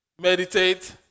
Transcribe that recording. meditate